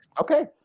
Okay